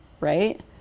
right